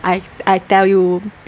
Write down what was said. I I tell you